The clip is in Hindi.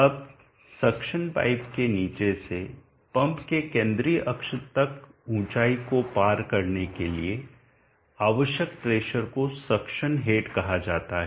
अब सक्शन पाइप के नीचे से पंप के केंद्रीय अक्ष तक ऊंचाई को पार करने के लिए आवश्यक प्रेशर को सक्शन हेड कहा जाता है